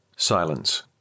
Silence